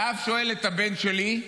והאב שואל: את הבן שלי,